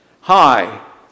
Hi